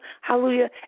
hallelujah